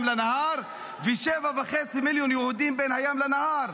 לנהר ושבעה וחצי יהודים בין הים לנהר.